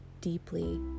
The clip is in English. deeply